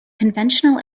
conventional